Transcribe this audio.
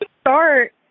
start